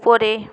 ওপরে